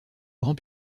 grand